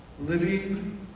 Living